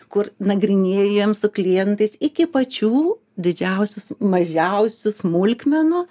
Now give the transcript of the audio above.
kur nagrinėjam su klientais iki pačių didžiausių mažiausių smulkmenų